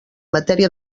matèria